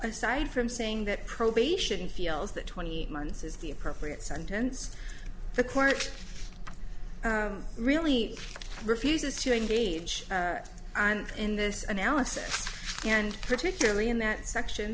aside from saying that probation feels that twenty months is the appropriate sentence the court really refuses to engage in this analysis and particularly in that section